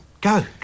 Go